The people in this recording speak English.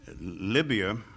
Libya